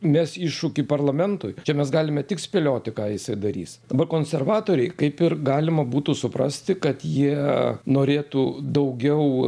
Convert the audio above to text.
mes iššūkį parlamentui čia mes galime tik spėlioti ką jisai darys dabar konservatoriai kaip ir galima būtų suprasti kad jie norėtų daugiau